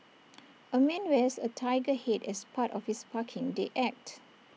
A man wears A Tiger Head as part of his parking day act